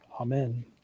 Amen